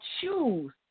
choose